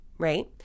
right